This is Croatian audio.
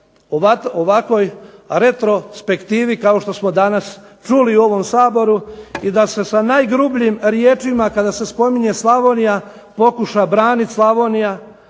ovakvoj retrospektivi kako smo čuli danas u ovom Saboru i da se sa najgrubljim riječima kada se spominje Slavonija pokuša braniti Slavonija,